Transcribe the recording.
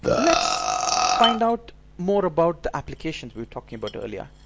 let's find out more about the applications we were talking about earlier.